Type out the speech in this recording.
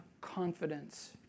confidence